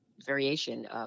variation